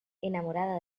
enamorada